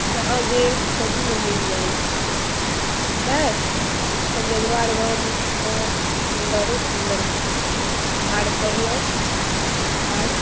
जहाँ जे खोजू ओ मिल जाइत छै नहि अपन जजुआर गाँवमेसँ सुंदरे सुंदर छै आर कहियौ आर